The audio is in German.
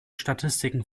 statistiken